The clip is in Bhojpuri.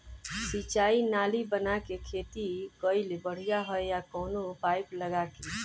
सिंचाई नाली बना के खेती कईल बढ़िया ह या कवनो पाइप लगा के?